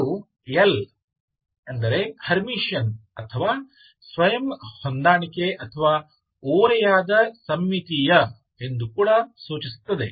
ಇದು L ಎಂದರೆ Hermitian ಅಥವಾ ಸ್ವಯಂ ಹೊಂದಾಣಿಕೆ ಅಥವಾ ಓರೆಯಾದ ಸಮ್ಮಿತೀಯ ಎಂದು ಕೂಡ ಸೂಚಿಸುತ್ತದೆ